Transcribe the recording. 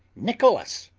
nicholas,